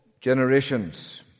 generations